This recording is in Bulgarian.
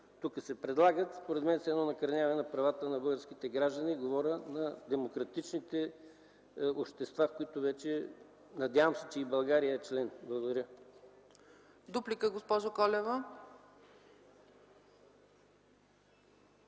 се предлагат, според мен са едно накърняване на правата на българските граждани. Говоря на демократичните общества, в които, надявам се, вече и България е член. Благодаря. ПРЕДСЕДАТЕЛ ЦЕЦКА